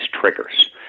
triggers